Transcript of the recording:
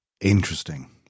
interesting